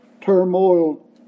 turmoil